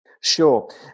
Sure